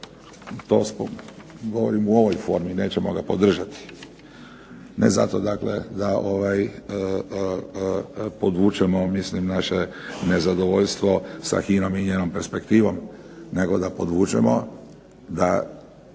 izvještaj. Govorim u ovoj formi, nećemo ga podržati. Ne zato da podvučemo naše nezadovoljstvo sa HINA-om i njenom perspektivom nego da podvučemo da